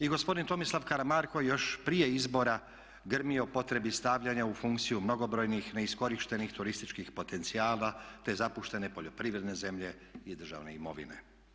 I gospodin Tomislav Karamarko još prije izbora grmi o potrebi stavljanja u funkciju mnogobrojnih neiskorištenih turističkih potencijala te zapuštene poljoprivredne zemlje i državne imovine.